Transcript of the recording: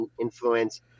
influence